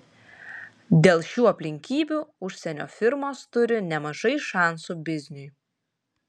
dėl šių aplinkybių užsienio firmos turi nemažai šansų bizniui